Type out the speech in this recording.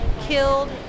killed